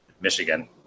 Michigan